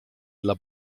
dla